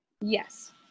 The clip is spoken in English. Yes